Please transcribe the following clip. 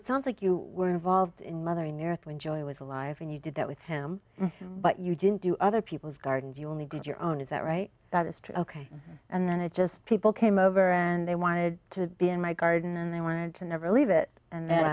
it sounds like you were involved in mother in new york when joey was alive and you did that with him but you didn't do other people's gardens you only did your own is that right that is true ok and it's just people came over and they wanted to be in my garden and they wanted to never leave it and